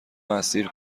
اسیر